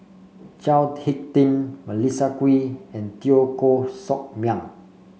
Chao HicK Tin Melissa Kwee and Teo Koh Sock Miang